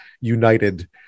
united